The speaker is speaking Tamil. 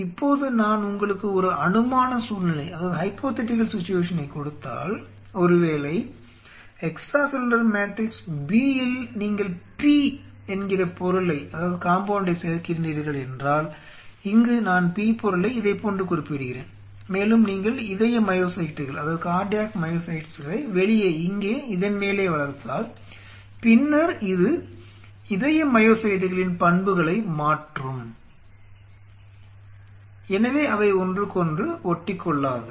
இப்போது நான் உங்களுக்கு ஒரு அனுமான சூழ்நிலையைக் கொடுத்தால் ஒருவேளை எக்ஸ்ட்ரா செல்லுலார் மேட்ரிக்ஸ் B இல் நீங்கள் P என்கிற பொருளை சேர்க்கின்றீர்கள் என்றால் இங்கு நான் P பொருளை இதைப்போன்று குறிப்பிடுகிறேன் மேலும் நீங்கள் இந்த இதய மையோசைட்டுகளை வெளியே இங்கே இதன் மேலே வளர்த்தால் பின்னர் இது இதய மையோசைட்டுகளின் பண்புகளை மாற்றும் எனவே அவை ஒன்றுக்கொன்று ஒட்டிக்கொள்ளாது